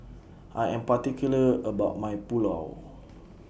I Am particular about My Pulao